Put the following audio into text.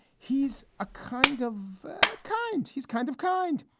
he's a kind of kind. he's kind of kind.